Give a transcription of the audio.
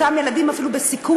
אפילו אותם ילדים בסיכון.